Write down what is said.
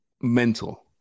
Mental